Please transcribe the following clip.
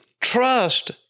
trust